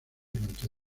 durante